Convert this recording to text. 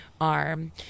Arm